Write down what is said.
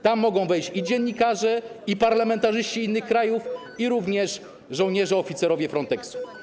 Tam mogą wejść i dziennikarze, i parlamentarzyści innych krajów, i żołnierze, oficerowie Fronteksu.